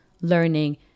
learning